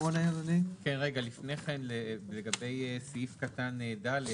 כן רגע, רק לפני זה, לגבי סעיף קטן ד'